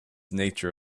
nature